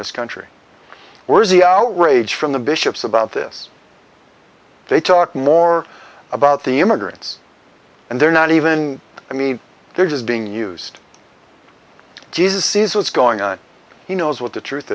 this country where's the outrage from the bishops about this they talk more about the immigrants and they're not even i mean they're just being used jesus sees what's going on he knows what the truth